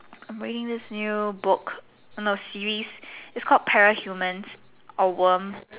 I'm reading this new book no series it's called parahumans or worm